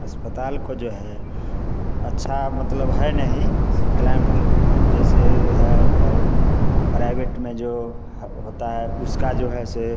अस्पताल को जो है अच्छा मतलब है नहीं क्लैमपुर जैसे है और प्राइवेट में जो होता है उसका जो है ऐसे